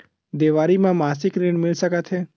देवारी म मासिक ऋण मिल सकत हे?